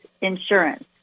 insurance